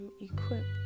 equipped